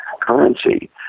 currency